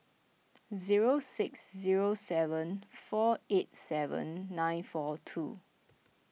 zero six zero seven four eight seven nine four two